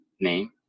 name